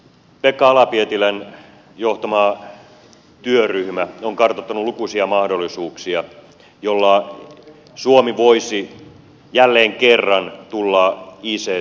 pekka ala pietilän johtama työryhmä on kartoittanut lukuisia mahdollisuuksia joilla suomi voisi jälleen kerran tulla ict veturiksi